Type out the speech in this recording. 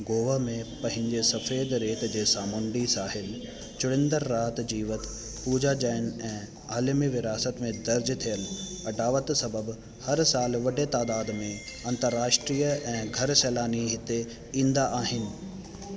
गोवा में पंहिंजे सफ़ेद रेत जे सामूंडी साहिल चुरिंदड़ राति जीवत पूजा जैन ऐं आलिमी विरासत में दर थियलु अडावति सबबि हर सालु वॾे तइदाद में अंतर्राष्ट्रीय ऐं घर सैलानी हिते ईंदा आहिनि